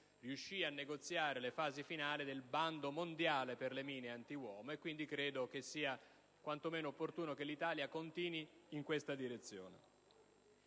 riuscì a negoziare le fasi finali del bando mondiale delle mine antiuomo. Credo quindi sia quanto meno opportuno che l'Italia continui in questa direzione.